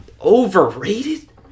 Overrated